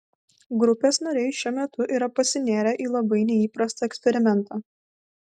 grupės nariai šiuo metu yra pasinėrę į labai neįprastą eksperimentą